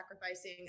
sacrificing